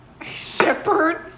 Shepherd